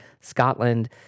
scotland